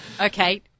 Okay